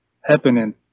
happening